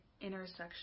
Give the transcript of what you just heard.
intersection